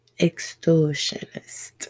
Extortionist